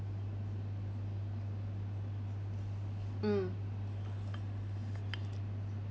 mm